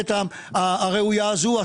הכוללת הראויה הזו,